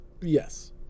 yes